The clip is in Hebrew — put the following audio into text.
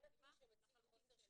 זה נתון שמציג חוסר שקיפות,